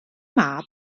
mab